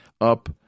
up